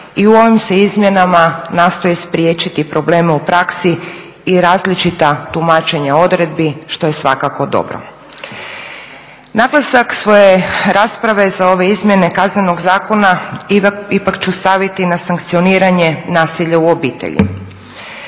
i u ovim se izmjenama nastoji spriječiti probleme u praksi i različita tumačenja odredbi što je svakako dobro. Naglasak svoje rasprave za ove izmjene Kaznenog zakona ipak ću staviti na sankcioniranje nasilja u obitelji.